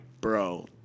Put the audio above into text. bro